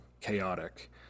chaotic